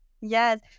Yes